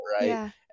Right